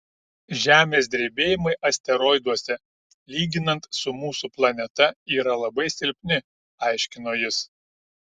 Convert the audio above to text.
žemės drebėjimai asteroiduose lyginant su mūsų planeta yra labai silpni aiškino jis